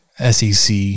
sec